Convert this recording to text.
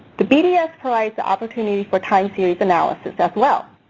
the bds provides the opportunity for time series analysis as well.